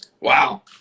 wow